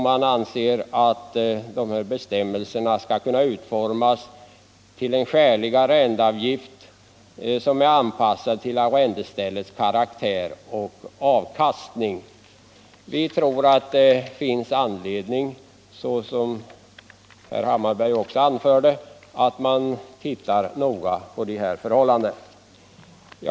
Man anser att gällande bestämmelser skall kunna ändras så att det blir möjligt att fastställa en skälig arrendeavgift som är anpassad till arrendeställets karaktär och avkastning. Vi tror att det, som herr Hammarberg också anförde, finns anledning att titta noga på dessa förhållanden.